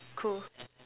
cool